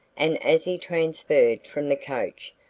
and as he transferred from the coach,